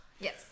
Yes